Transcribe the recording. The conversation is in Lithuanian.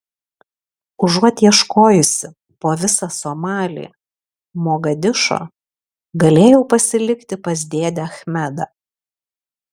užuot ieškojusi po visą somalį mogadišo galėjau pasilikti pas dėdę achmedą